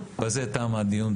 בזה תם הדיון.